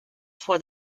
for